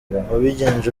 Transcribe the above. wabigenje